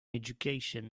education